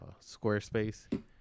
Squarespace